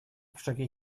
försöker